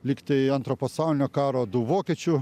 lygtai antro pasaulinio karo du vokiečių